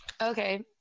Okay